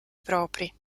propri